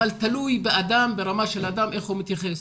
אבל תלוי ברמה של אדם, איך הוא מתייחס.